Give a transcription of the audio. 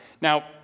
Now